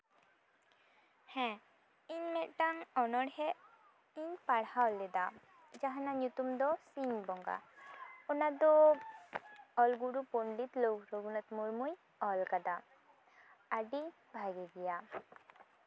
ᱦᱮᱸ ᱤᱧ ᱢᱤᱫᱴᱟᱝ ᱚᱱᱚᱲᱦᱮᱸ ᱤᱧ ᱯᱟᱲᱦᱟᱣ ᱞᱮᱫᱟ ᱡᱟᱦᱟ ᱨᱮᱱᱟᱜ ᱧᱩᱛᱩᱢ ᱫᱚ ᱥᱤᱧ ᱵᱚᱸᱜᱟ ᱚᱱᱟ ᱫᱚ ᱚᱞᱜᱩᱨᱩ ᱯᱚᱱᱰᱤᱛ ᱨᱚᱜᱷᱩᱱᱟᱛᱷ ᱢᱩᱨᱢᱩᱭ ᱚᱞ ᱠᱟᱫᱟ ᱟᱹᱰᱤ ᱵᱷᱟᱹᱜᱮ ᱜᱮᱭᱟ